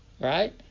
Right